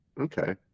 Okay